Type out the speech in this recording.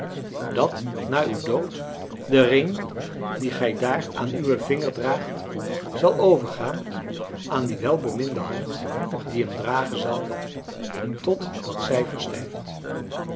dat na uw dood de ring dien gij daar aan uwen vinger draagt zal overgaan aan die welbeminde hand die hem dragen zal tot dat zij verstijft